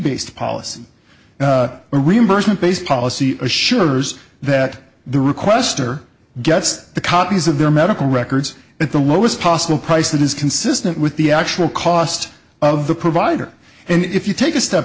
based policy reimbursement based policy assures that the requestor gets the copies of their medical records at the lowest possible price that is consistent with the actual cost of the provider and if you take a step